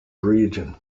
region